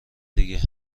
دیگه